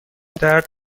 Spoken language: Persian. درد